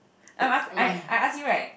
I'm ask I I ask you right